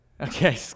Okay